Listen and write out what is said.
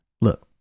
look